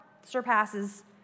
surpasses